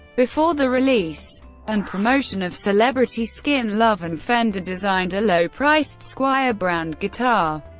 before the release and promotion of celebrity skin, love and fender designed a low-priced squier brand guitar,